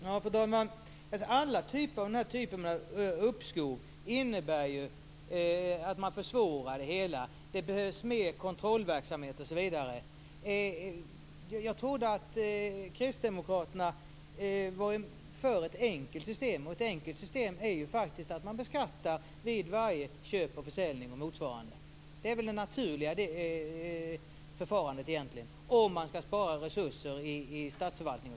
Fru talman! Alla typer av uppskov innebär ju att man försvårar det hela. Det behövs mer kontrollverksamhet osv. Jag trodde att Kristdemokraterna var för ett enkelt system. Ett enkel system är ju faktiskt att man beskattar vid varje köp eller försäljning. Det är väl det naturliga förfarandet om man skall spara resurser i statsförvaltningen.